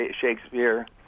Shakespeare